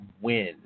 win